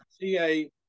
CA